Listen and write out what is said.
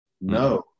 No